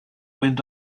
went